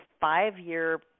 five-year